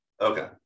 okay